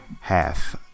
Half